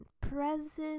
presents